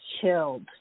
chilled